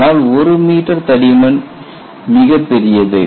ஆனால் 1 மீட்டர் தடிமன் மிக பெரியது